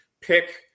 pick